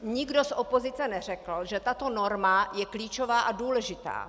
Nikdo z opozice neřekl, že tato norma je klíčová a důležitá.